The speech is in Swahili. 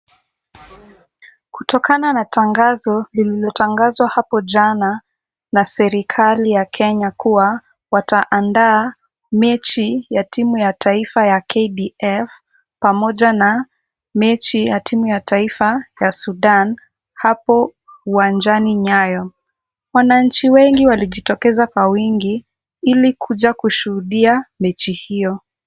Kutokana na tangazo lililotangazwa hapo jana na serikali ya Kenya kuwa wataandaa mechi ya timu ya taifa ya KDF pamoja na mechi ya timu ya taifa ya Sudan, hapo uwanjani Nyayo. Wananchi wengi walijitokeza kwa wingi ili kuja kushuhudia mechi hiyo.